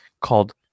called